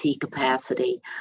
capacity